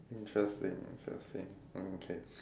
interesting interesting okay